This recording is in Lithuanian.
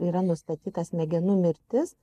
yra nustatyta smegenų mirtis